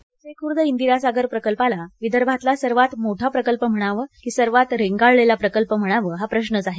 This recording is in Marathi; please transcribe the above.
गोसेखुर्द इंदिरासागर प्रकल्पाला विदर्भातला सर्वात मोठा प्रकल्प म्हणावं की सर्वात रेंगाळलेला प्रकल्प म्हणावं हा प्रश्रच आहे